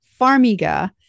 Farmiga